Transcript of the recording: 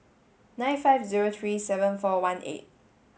nine five zero three seven four one eight